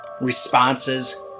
responses